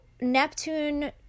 Neptune